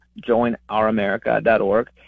joinouramerica.org